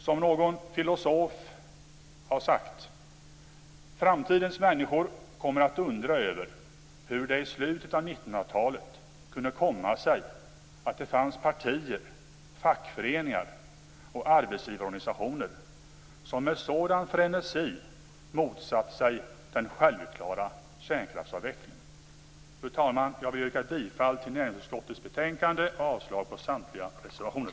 Som någon filosof har sagt: Framtidens människor kommer att undra över hur det i slutet av 1900-talet kunde komma sig att det fanns partier, fackföreningar och arbetsgivarorganisationer som med sådan frenesi motsatte sig den självklara kärnkraftsavvecklingen. Fru talman! Jag vill yrka bifall till hemställan i näringsutskottets betänkande och avslag på samtliga reservationer.